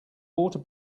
water